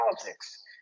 politics